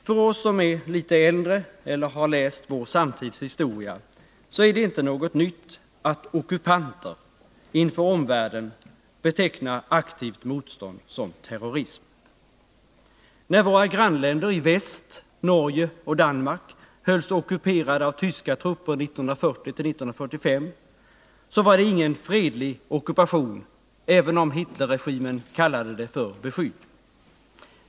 För oss som är litet äldre eller har läst vår samtids historia är detinte något nytt att ockupanter inför omvärlden betecknar aktivt motstånd som terrorism. När våra grannländer i väst, Norge och Danmark, hölls ockuperade av tyska trupper 1940-1945 var det ingen fredlig ockupation, även om Hitlerregimen kallade det för beskydd.